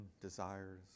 desires